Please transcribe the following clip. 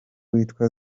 witwa